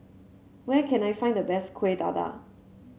where can I find the best Kueh Dadar